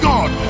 God